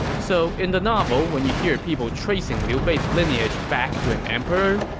so in the novel, when you hear people tracing liu bei's lineage back to an emperor,